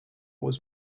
was